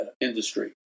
industry